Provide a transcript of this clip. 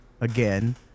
again